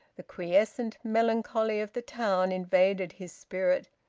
the quiescent melancholy of the town invaded his spirit,